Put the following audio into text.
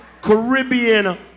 Caribbean